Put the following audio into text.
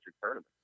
tournament